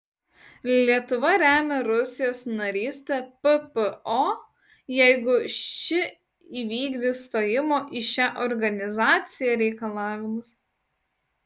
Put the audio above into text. lietuva remia rusijos narystę ppo jeigu ši įvykdys stojimo į šią organizaciją reikalavimus